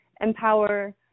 empower